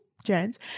gents